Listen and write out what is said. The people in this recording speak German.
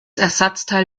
ersatzteil